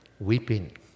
Weeping